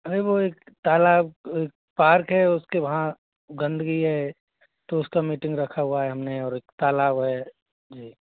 अरे वह एक तालाब पार्क है उस के वहाँ गंदगी है तो उस का मीटिंग रखा हुआ है हम ने और एक तालाब है जी